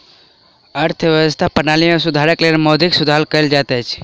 अर्थव्यवस्था प्रणाली में सुधारक लेल मौद्रिक सुधार कयल जाइत अछि